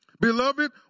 Beloved